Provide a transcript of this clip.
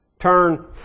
Turn